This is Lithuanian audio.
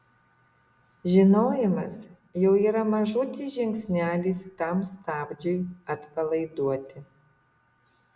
žinojimas jau yra mažutis žingsnelis tam stabdžiui atpalaiduoti